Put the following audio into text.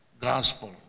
Gospel